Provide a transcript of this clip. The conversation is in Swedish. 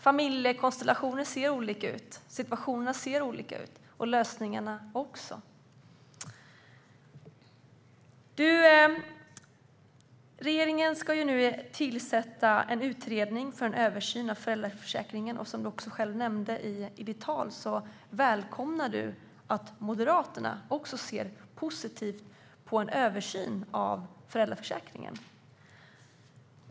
Familjekonstellationerna och familjesituationerna är olika och så också lösningarna. Regeringen ska nu tillsätta en utredning för en översyn av föräldraförsäkringen. Som du nämnde i ditt tal välkomnar du att Moderaterna också ser positivt på en översyn av föräldraförsäkringen.